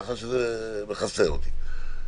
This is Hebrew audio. כך שזה מכסה אותי.